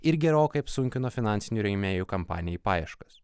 ir gerokai apsunkino finansinių rėmėjų kampanijai paieškas